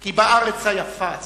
כי בארץ העייפה הזאת,